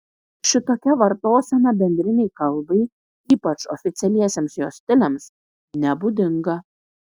šitokia vartosena bendrinei kalbai ypač oficialiesiems jos stiliams nebūdinga